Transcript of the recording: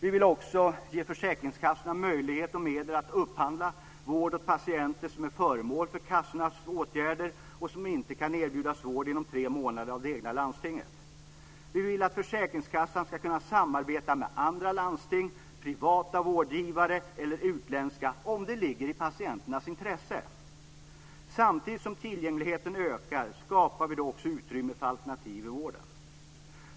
Vi vill också ge försäkringskassorna möjlighet och medel att upphandla vård på patienter som är föremål för kassornas åtgärder och som inte kan erbjudas vård inom tre månader av det egna landstinget. Vi vill att försäkringskassan ska kunna samarbeta med andra landsting, privata vårdgivare eller utländska om det ligger i patienternas intresse. Samtidigt som tillgängligheten ökar skapar vi också utrymme för alternativ i vården.